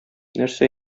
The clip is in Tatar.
нәрсә